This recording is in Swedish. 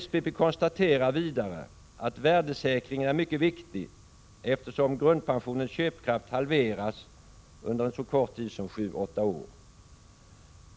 SPP konstaterar vidare att värdesäkringen är mycket viktig eftersom grundpensionens köpkraft halverats under en så kort tid som sju-åtta år.